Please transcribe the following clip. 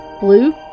blue